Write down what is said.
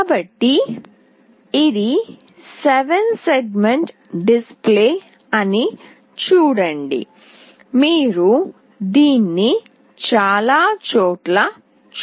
కాబట్టి ఇది 7 segment display అని చూడండి మీరు దీన్ని చాలా చోట్ల చూసారు